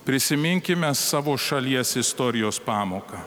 prisiminkime savo šalies istorijos pamoką